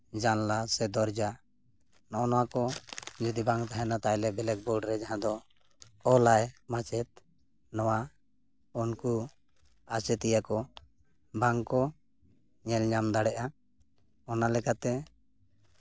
ᱡᱟᱱᱞᱟ ᱥᱮ ᱫᱚᱨᱡᱟ ᱱᱚᱜᱼᱚ ᱱᱚᱣᱟᱠᱚ ᱡᱩᱫᱤ ᱵᱟᱝ ᱛᱟᱦᱮᱱᱟ ᱛᱟᱦᱚᱞᱮ ᱵᱞᱮᱠ ᱵᱳᱨᱰ ᱨᱮ ᱡᱟᱦᱟᱸ ᱫᱚ ᱚᱞᱟᱭ ᱢᱟᱪᱮᱫ ᱱᱚᱣᱟ ᱩᱱᱠᱩ ᱟᱪᱮᱫᱤᱭᱟᱹ ᱠᱚ ᱵᱟᱝᱠᱚ ᱧᱮᱞ ᱧᱟᱢ ᱫᱟᱲᱮᱭᱟᱜᱼᱟ ᱚᱱᱟ ᱞᱮᱠᱟᱛᱮ